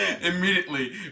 Immediately